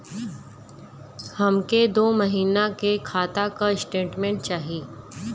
हमके दो महीना के खाता के स्टेटमेंट चाही?